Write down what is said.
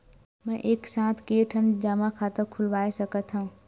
मैं एक साथ के ठन जमा खाता खुलवाय सकथव?